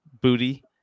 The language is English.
booty